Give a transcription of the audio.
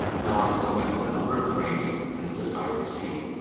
now i select the number of frames and the desired scene.